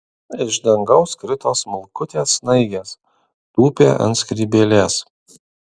iš dangaus krito smulkutės snaigės tūpė ant skrybėlės